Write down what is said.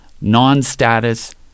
Non-status